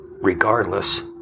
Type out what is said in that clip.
regardless